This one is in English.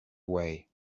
way